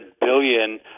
billion